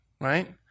right